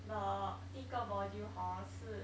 the 第一个 module hor 是